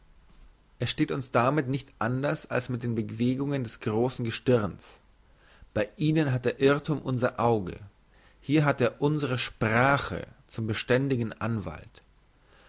es steht damit nicht anders als mit den bewegungen des grossen gestirns bei ihnen hat der irrthum unser auge hier hat er unsre sprache zum beständigen anwalt